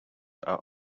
are